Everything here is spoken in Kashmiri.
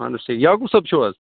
اَہَن حظ ٹھیٖک یعقوٗب صٲب چھِو حظ